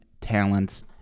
talents